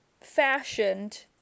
fashioned